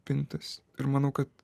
pintis ir manau kad